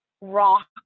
rock